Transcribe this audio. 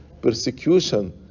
persecution